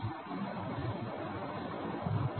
என் கடவுளே